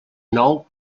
nou